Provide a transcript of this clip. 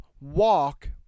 walk